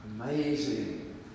Amazing